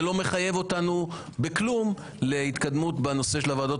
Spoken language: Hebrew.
זה לא מחייב אותנו בכלום להתקדמות בנושא של הוועדות